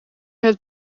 het